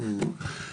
אוקיי.